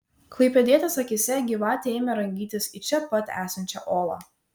klaipėdietės akyse gyvatė ėmė rangytis į čia pat esančią olą